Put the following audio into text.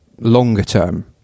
longer-term